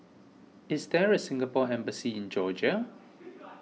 is there a Singapore Embassy in Georgia